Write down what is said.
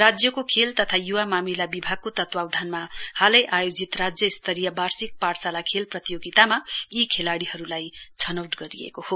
राज्यको खेल तथा य्वा मामिला विभागको तत्वधानमा हालै आयोजित राज्य स्तरीय वार्षिक पाठशाला खेल प्रतियोगितामा यी खेलाडीहरूलाई छनौट गरिएको हो